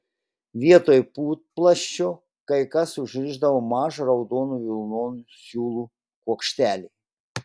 vietoj putplasčio kai kas užrišdavo mažą raudonų vilnonių siūlų kuokštelį